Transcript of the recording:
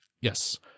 Yes